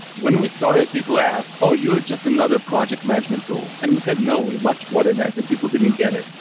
when we started people asked, oh! you are just another project management tool. and we said, no. we're much more than that, and people didn't get it.